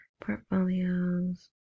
portfolios